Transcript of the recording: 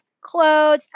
clothes